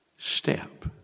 Step